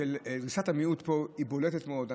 פה בולטת מאוד.